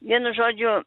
vienu žodžiu